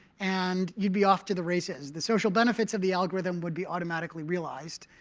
and you'd be off to the races. the social benefits of the algorithm would be automatically realized.